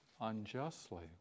Unjustly